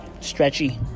Stretchy